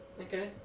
Okay